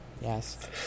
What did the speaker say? Yes